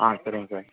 ஆ சரிங்க சார்